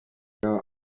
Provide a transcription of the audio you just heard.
der